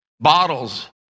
bottles